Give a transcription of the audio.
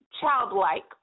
childlike